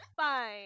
fine